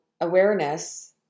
Awareness